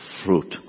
fruit